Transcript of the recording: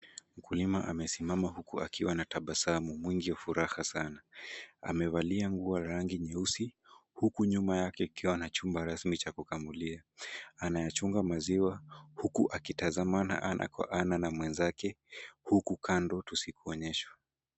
Mkulima amesimama huku akiwa na tabasamu mwingi wa furaha sana. Amevalia nguo ya rangi nyeusi huku nyuma yake kukiwa na chuma rasmi cha kukamulia. Anayachunga maziwa huku akitazamana ana kwa ana na mwenzake huku kando tusikoonyeshwa.